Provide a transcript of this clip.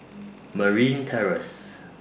Marine Terrace